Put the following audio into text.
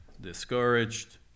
discouraged